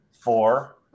four